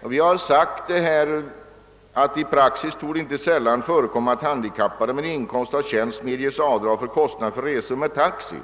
Utskottet framhåller vidare: »I praxis torde inte sällan förekomma att handikappade i inkomstkällan tjänst medges avdrag för kostnader för resor med taxi.»